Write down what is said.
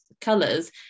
colors